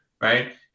right